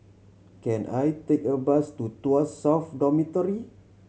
can I take a bus to Tuas South Dormitory